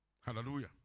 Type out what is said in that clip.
Hallelujah